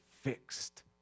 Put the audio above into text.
fixed